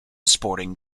sporting